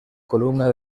columna